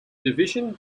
division